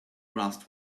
rust